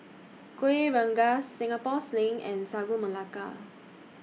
Kuih Rengas Singapore Sling and Sagu Melaka